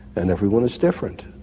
and everyone is different.